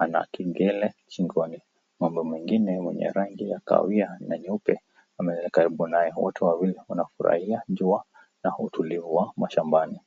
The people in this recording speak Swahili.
,ana kengele shingoni.Ng'ombe mwingine mwenye rangi ya kawia na nyeupe amelala karibu naye. Wote wawili wnafurahia jua na utulivu wa mashambani.